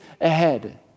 ahead